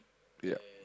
ya